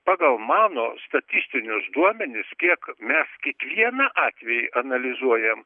pagal mano statistinius duomenis kiek mes kiekvieną atvejį analizuojam